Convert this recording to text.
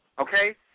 okay